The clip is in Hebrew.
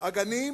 הגנים